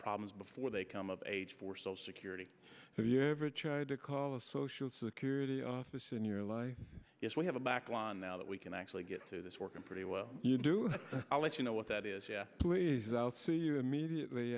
problems before they come of age for social security have you ever tried to call a social security office in your life yes we have a back line now that we can actually get to this working pretty well you do i'll let you know what that is who is out for you immediately